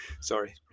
Sorry